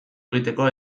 egiteko